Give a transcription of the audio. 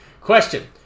Question